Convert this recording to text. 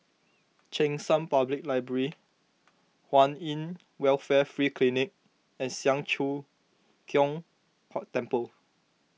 Cheng San Public Library Kwan in Welfare Free Clinic and Siang Cho Keong Temple